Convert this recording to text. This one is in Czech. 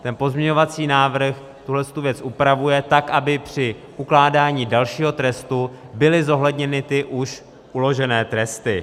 Ten pozměňovací návrh tuhle věc upravuje tak, aby při ukládání dalšího trestu byly zohledněny ty už uložené tresty.